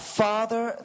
father